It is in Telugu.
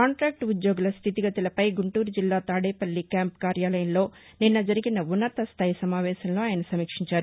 కాంటాక్లు ఉద్యోగుల స్లితిగతులపై గుంటూరు జిల్లా తాడేపల్లి క్యాంపు కార్యాలయంలో నిన్న జరిగిన ఉన్నతస్థాయి సమావేశంలో ఆయన సమీక్షించారు